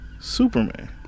Superman